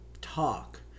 talk